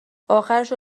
آخرشو